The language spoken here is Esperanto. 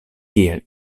kiel